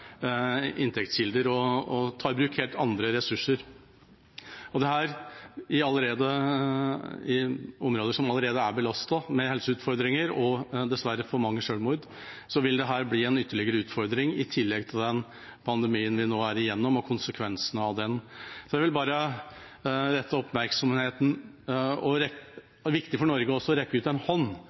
inntektskilder og ta i bruk helt andre ressurser. I områder som allerede er belastet med helseutfordringer og dessverre for mange selvmord, vil dette bli en ytterligere utfordring, i tillegg til pandemien vi nå er i, og konsekvensene av den. Jeg vil bare rette oppmerksomheten mot dette. Det er viktig for Norge å rekke ut en hånd